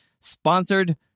sponsored